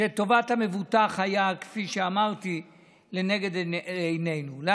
שטובת המבוטח הייתה לנגד עינינו, כפי שאמרתי.